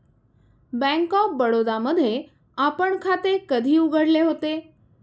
Bank of Baroda मध्ये आपण खाते कधी उघडले होते?